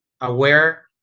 aware